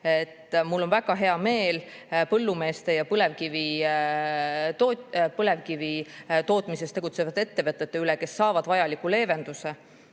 on väga hea meel põllumeeste ja põlevkivitootmises tegutsevate ettevõtete üle, kes saavad vajaliku leevenduse.